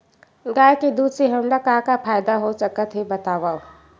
गाय के दूध से हमला का का फ़ायदा हो सकत हे बतावव?